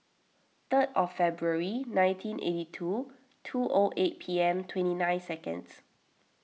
third February nineteen eighty two two old A P M twenty nine seconds